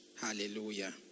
Hallelujah